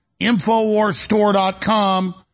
InfoWarsStore.com